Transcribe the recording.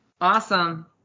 Awesome